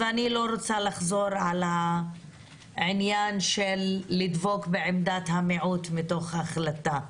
אני לא רוצה לחזור על העניין של לדבוק בעמדת המיעוט מתוך החלטה,